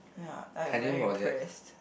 ya like very impressed